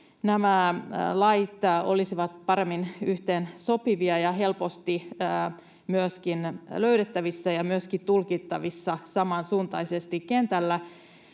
nämä lait olisivat paremmin yhteen sopivia ja helposti myöskin löydettävissä ja myöskin tulkittavissa samansuuntaisesti kentällä?